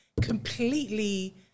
completely